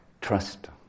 trust